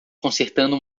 consertando